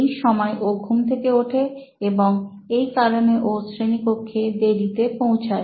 এই সময় ও ঘুম থেকে ওঠে এবং এই কারণে ও শ্রেণীকক্ষে দেরিতে পৌঁছায়